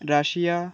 Russia